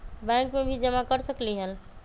Bank में भी जमा कर सकलीहल?